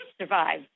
survive